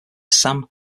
sam